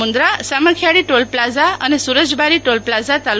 Mundra Samakhiyali toll plaza અને Surajbari toll plaza તા